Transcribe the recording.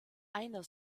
einer